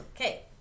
okay